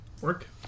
Work